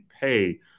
pay